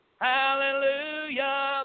Hallelujah